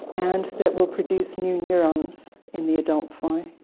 and that will produce new neurons in the adult fly.